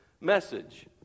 message